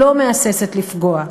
לא מהססת לפגוע,